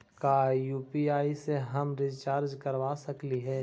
का यु.पी.आई से हम रिचार्ज करवा सकली हे?